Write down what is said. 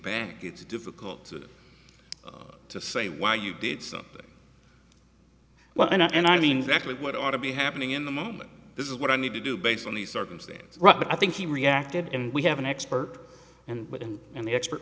back it's difficult to say why you did something well and i and i mean exactly what ought to be happening in the moment this is what i need to do based on the circumstance but i think he reacted and we have an expert and with him and the expert